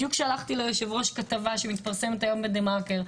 בדיוק שלחתי ליו"ר כתבה שמתפרסמת היום בדה-מרקר,